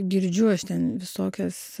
girdžiu aš ten visokias